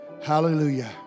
Hallelujah